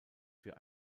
für